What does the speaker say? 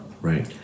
Right